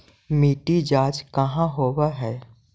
मिट्टी जाँच कहाँ होव है?